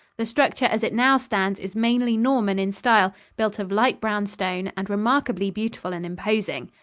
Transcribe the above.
the structure as it now stands is mainly norman in style, built of light-brown stone, and remarkably beautiful and imposing.